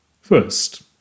First